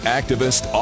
activist